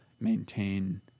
maintain